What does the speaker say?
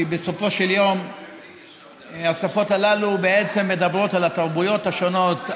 כי בסופו של יום השפות הללו בעצם מדברות על התרבויות השונות,